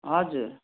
हजुर